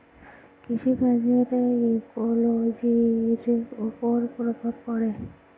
কৃষি কাজের ইকোলোজির ওপর প্রভাব পড়ে